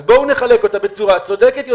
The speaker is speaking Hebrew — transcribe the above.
ובואו נחלק אותה בצורה צודקת יותר.